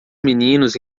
meninos